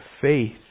faith